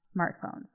smartphones